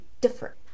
different